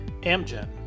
Amgen